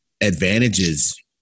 advantages